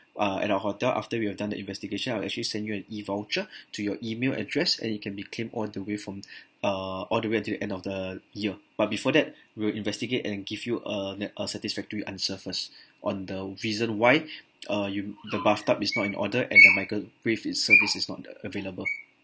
uh at our hotel after we have done the investigation I'll actually send you an E voucher to your email address and it can be claimed all the way from err all the way until the end of the year but before that we'll investigate and give you a ne~ a satisfactory answer first on the reason why uh you the bathtub is not in order and the microwave is service is not available